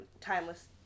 timeless